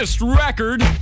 record